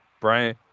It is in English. Brian